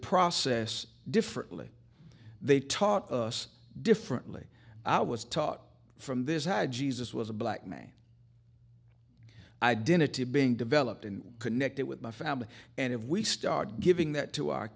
process differently they taught us differently i was taught from this how jesus was a black man identity being developed and connected with my family and if we start giving that to our